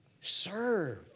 Serve